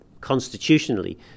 constitutionally